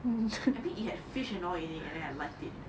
I mean it had fish and all in it and then I liked it